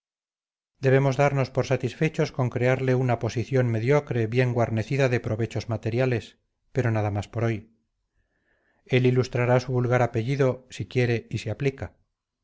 debemos darnos por satisfechos con crearle una posición mediocre bien guarnecida de provechos materiales pero nada más por hoy él ilustrará su vulgar apellido si quiere y se aplica